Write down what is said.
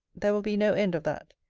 there will be no end of that.